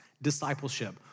discipleship